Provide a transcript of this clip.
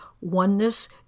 Oneness